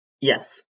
Yes